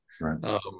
Right